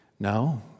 No